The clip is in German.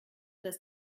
das